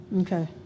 Okay